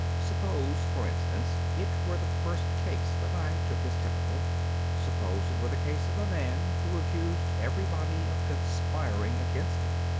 suppose, for instance, it were the first case that i took as typical suppose it were the case of a man who accused everybody of conspiring against him.